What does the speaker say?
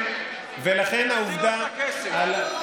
תחזיר את הכסף.